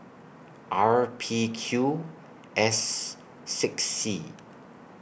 R P Q S six C